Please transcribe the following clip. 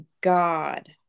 God